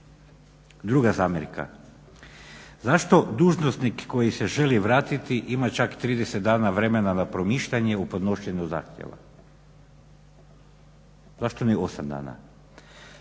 Druga zamjerka. Zašto dužnosnik koji se želi vratiti ima čak 30 dana vremena na promišljanje u podnošenju zahtjeva. Zašto ne 8 dana?